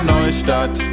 Neustadt